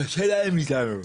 קשה להם איתנו.